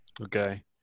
Okay